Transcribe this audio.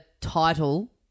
title